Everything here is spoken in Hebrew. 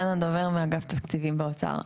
דנה דובר מאגף התקציבים באוצר.